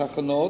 התחנות,